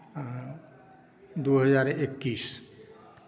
आओर दू हजार एकैस